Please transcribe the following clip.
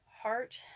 heart